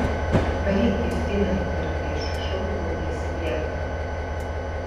varyk justinai dar prieš šou juokėsi greta